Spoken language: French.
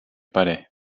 palais